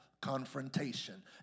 confrontation